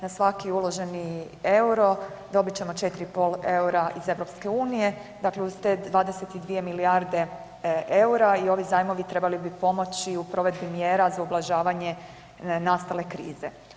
Na svaki uloženi euro dobit ćemo 4,5 eura iz EU, dakle uz te 22 milijarde eura i ovi zajmovi trebali bi pomoći u provedbi mjera za ublažavanje nastale krize.